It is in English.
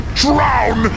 drown